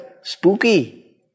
Spooky